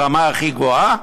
ברמה הכי גבוהה,